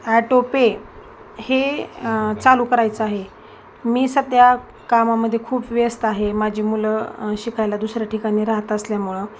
auto pay हे चालू करायचं आहे मी सध्या कामामध्ये खूप व्यस्त आहे माझी मुलं शिकायला दुसऱ्या ठिकाणी राहत असल्यामुळं